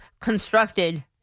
constructed